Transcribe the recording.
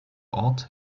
ort